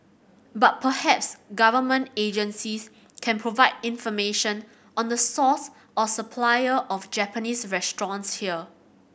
but perhaps government agencies can provide information on the source or supplier of Japanese restaurants here